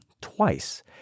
twice